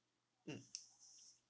mm